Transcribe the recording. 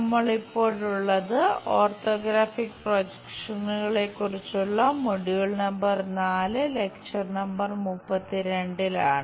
നമ്മൾ ഇപ്പോഴുള്ളത് ഓർത്തോഗ്രാഫിക് പ്രൊജക്ഷനുകളെ കുറിച്ചുള്ള മൊഡ്യൂൾ നമ്പർ 4 ലെക്ചർ നമ്പർ 32 ലാണ്